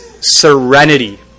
serenity